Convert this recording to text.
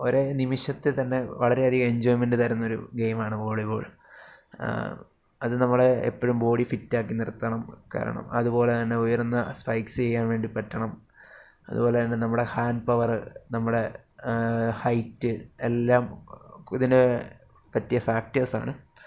ഒരേ നിമിഷത്തിൽ തന്നെ വളരെയധികം എൻജോയ്മെൻറ്റ് തരുന്നൊരു ഗെയിമാണ് വോളിബോൾ അത് നമ്മളെ എപ്പോഴും ബോഡി ഫിറ്റാക്കി നിർത്തണം കാരണം അതുപോലെത്തന്നെ ഉയർന്ന സ്പൈക്സ് ചെയ്യാൻ വേണ്ടി പറ്റണം അതുപോലത്തന്നെ നമ്മുടെ ഹാൻഡ് പവർ നമ്മുടെ ഹൈറ്റ് എല്ലാം ഇതിന് പറ്റിയ ഫാക്റ്റേഴ്സാണ്